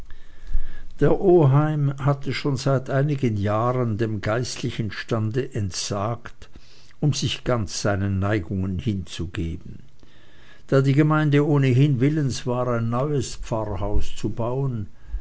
der oheim hatte schon seit einigen jahren dem geistlichen stande entsagt um sich ganz seinen neigungen hinzugeben da die gemeinde ohnehin willens war ein neues pfarrhaus zu bauen